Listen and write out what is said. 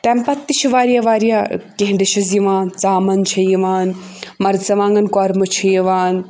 تَمہِ پَتہٕ تہِ چھِ واریاہ واریاہ کینٛہہ ڈِشٔز یِوان ژامَن چھِ یِوان مَرژٕوانٛگَن کۄرمہٕ چھُ یِوان